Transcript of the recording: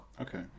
Okay